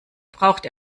braucht